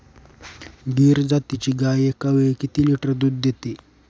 गीर जातीची गाय एकावेळी किती लिटर दूध देते?